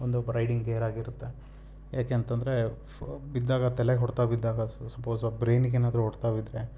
ಒಂದು ಬ riding gear ಆಗಿರುತ್ತೆ ಯಾಕೆಂತಂದರೆ ಫ ಬಿದ್ದಾಗ ತಲೆಗೆ ಹೊಡೆತ ಬಿದ್ದಾಗ ಸ್ ಸಪೋಸ್ ಆ ಬ್ರೈನಿಗೇನಾದ್ರೂ ಹೊಡೆತ ಬಿದ್ದರೆ